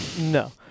no